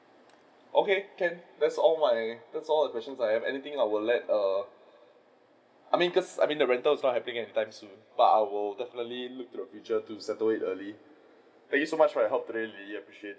okay can that's all my that's all the questions that I have anything I will let err I mean just I mean the rental is not happening anytime soon but I will definitely look to the future to settle it early thank you so much for your help lily I appreciate